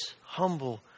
humble